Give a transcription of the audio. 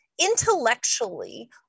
intellectually